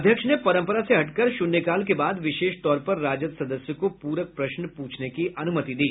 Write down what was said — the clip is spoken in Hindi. अध्यक्ष ने परंपरा से हट कर शुन्यकाल के बाद विशेष तौर पर राजद सदस्य को पूरक प्रश्न पूछने की अनुमति दी